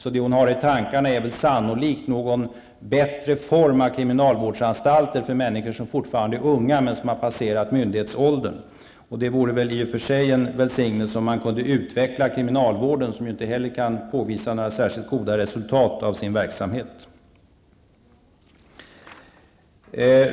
Vad hon har i tankarna är sannolikt någon bättre form av kriminalvårdsanstalter för människor som fortfarande är unga men som har passerat myndighetsåldern. Och det vore väl i och för sig en välsignelse om man kunde utveckla kriminalvården, som ju inte kan påvisa några särskilt goda resultat av sin verksamhet.